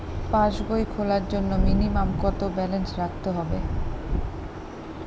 পাসবই খোলার জন্য মিনিমাম কত ব্যালেন্স রাখতে হবে?